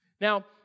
Now